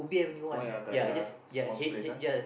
oh ya correct ah small place ah